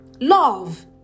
love